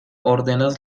ordenas